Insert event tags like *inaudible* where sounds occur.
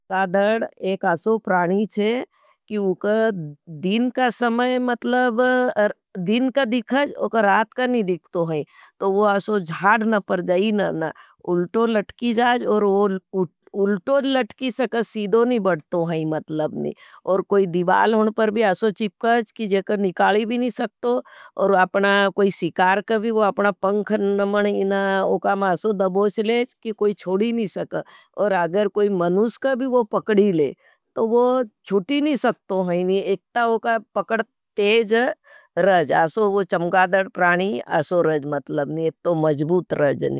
कादर्ड एक अशो प्राणी छे उका दिन का समय मतलब दिन का दिखाज उका रात का नहीं दिखतो है। तो वो अशो ज्ञाड नपर जाई न न *hesitation* उल्टो लठकी जाज और उल्टो जी लठकी सके सीदो नहीं बढ़तो है। मतलब नी और कोई दिवाल होन पर भी अशो चिपकाज कि जेकर निकाली भी नी सकतो। और अपना कोई सिकार कभी वो अपना पंखन नमण इना उकामा अशो दबोश लेज कि कोई छोड़ी नी। सकद और अगर कोई मनुस कभी वो पकड़ी ले तो वो छूटी नी सकतो है। नी एकता वो पकड़ तेज रज अशो वो चमगादर प्राणी अशो रज मतलब नी एकतो मजबूत रज नी।